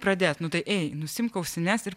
pradėt nu tai ei nusiimk ausines ir